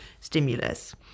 stimulus